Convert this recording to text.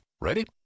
ready